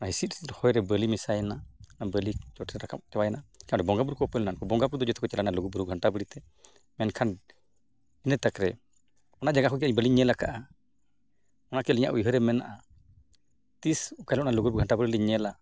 ᱚᱱᱟ ᱦᱤᱸᱥᱤᱫ ᱦᱤᱸᱥᱤᱫ ᱦᱚᱭᱨᱮ ᱵᱟᱹᱞᱤ ᱢᱮᱥᱟᱭᱮᱱᱟ ᱟᱨ ᱵᱟᱹᱞᱤ ᱪᱚᱴᱨᱮ ᱨᱟᱠᱟᱵ ᱪᱟᱵᱟᱭᱮᱱᱟ ᱟᱨ ᱵᱚᱸᱜᱟᱼᱵᱩᱨᱩ ᱠᱚ ᱩᱯᱮᱞ ᱮᱱᱟ ᱵᱚᱸᱜᱟᱼᱵᱩᱨᱩ ᱫᱚ ᱡᱚᱛᱚ ᱠᱚ ᱪᱟᱞᱟᱣᱮᱱᱟ ᱞᱩᱜᱩᱼᱵᱩᱨᱩ ᱜᱷᱟᱱᱴᱟ ᱵᱟᱲᱮᱛᱮ ᱢᱮᱱᱠᱷᱟᱱ ᱤᱱᱟᱹ ᱛᱟᱠ ᱨᱮ ᱚᱱᱟ ᱡᱟᱭᱜᱟ ᱠᱚᱜᱮ ᱟᱹᱞᱤᱧ ᱵᱟᱹᱞᱤᱧ ᱧᱮᱞ ᱟᱠᱟᱜᱼᱟ ᱚᱱᱟᱜᱮ ᱟᱹᱞᱤᱧᱟᱜ ᱩᱭᱦᱟᱹᱨ ᱨᱮ ᱢᱮᱱᱟᱜᱼᱟ ᱛᱤᱸᱥ ᱚᱠᱟ ᱦᱤᱞᱳᱜ ᱚᱱᱟ ᱞᱩᱜᱩᱼᱵᱩᱨᱩ ᱜᱷᱟᱱᱴᱟᱼᱵᱟᱲᱮᱞᱤᱧ ᱧᱮᱞᱟ